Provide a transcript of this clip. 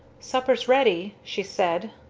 supper's ready, she said.